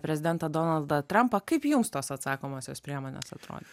prezidentą donaldą trampą kaip jums tos atsakomosios priemonės atrodo